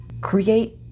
Create